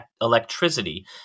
electricity